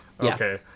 Okay